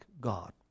God